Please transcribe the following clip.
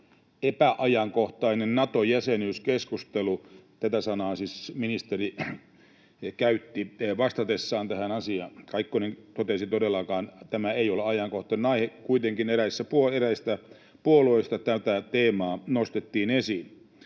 ”epäajankohtainen” Nato-jäsenyyskeskustelu — tätä sanaa siis ministeri käytti vastatessaan tähän asiaan. Kaikkonen totesi, että todellakaan tämä ei ole ajankohtainen aihe. Kuitenkin eräistä puolueista tätä teemaa nostettiin esiin.